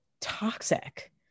toxic